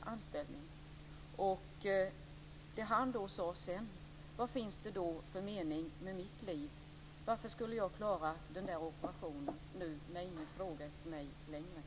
anställning. Han sade då: Vad finns det då för mening med mitt liv? Varför skulle jag klara den där operationen, nu när ingen frågar efter mig längre?